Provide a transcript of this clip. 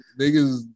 niggas